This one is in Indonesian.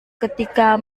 ketika